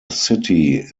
city